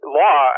law